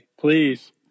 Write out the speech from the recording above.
please